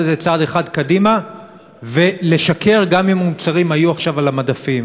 את זה צעד אחד קדימה ולשקר גם אם המוצרים היו עכשיו על המדפים.